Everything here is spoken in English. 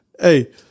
Hey